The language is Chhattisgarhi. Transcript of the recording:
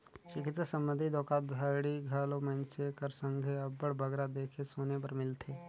चिकित्सा संबंधी धोखाघड़ी घलो मइनसे कर संघे अब्बड़ बगरा देखे सुने बर मिलथे